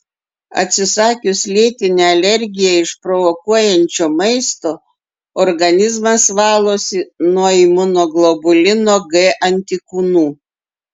atsisakius lėtinę alergiją išprovokuojančio maisto organizmas valosi nuo imunoglobulino g antikūnų